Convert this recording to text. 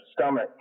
stomach